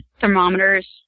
thermometers